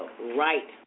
right